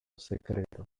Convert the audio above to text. secreto